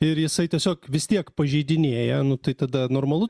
ir jisai tiesiog vis tiek pažeidinėja nu tai tada normalu